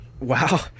Wow